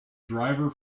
diver